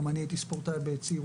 גם אני הייתי ספורטאי בצעירותי,